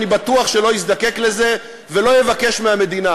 אני בטוח שלא יזדקק לזה ולא יבקש מהמדינה.